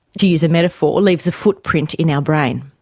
to use a metaphor, leaves a footprint in our brain.